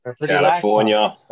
california